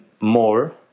more